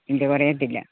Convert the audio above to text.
ഇത് കുറയത്തില്ല